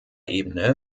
ebene